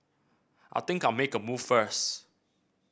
I think I'll make a move first